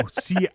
see